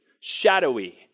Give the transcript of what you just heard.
shadowy